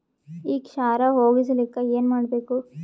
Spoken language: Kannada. ಈ ಕ್ಷಾರ ಹೋಗಸಲಿಕ್ಕ ಏನ ಮಾಡಬೇಕು?